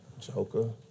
joker